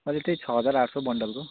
अहिले त्यही छ हजार आठ सय बन्डलको